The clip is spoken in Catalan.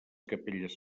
capelles